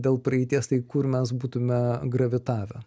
dėl praeities tai kur mes būtume gravitavę